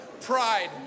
pride